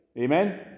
Amen